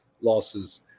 losses